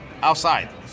outside